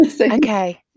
okay